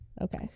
Okay